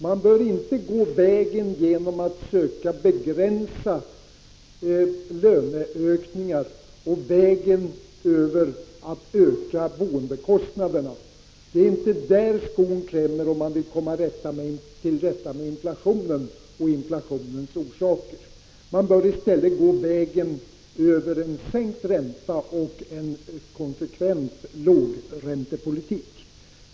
Man bör inte gå vägen att försöka begränsa löneökningarna och öka boendekostnaderna. Det är inte där skon klämmer, och det är inte den vägen man skall gå om man vill komma till rätta med inflationen. Det är inte här inflationens orsaker står att finna. Man bör i stället gå vägen över sänkt ränta och en konsekvent lågräntepolitik.